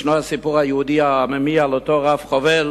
יש הסיפור היהודי העממי על אותו רב-חובל